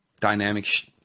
dynamic